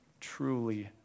truly